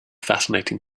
fascinating